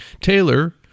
Taylor